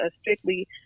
strictly